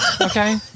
Okay